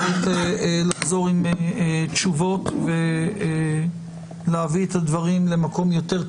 צריך לחזור עם תשובות ולהביא את הדברים למקום יותר,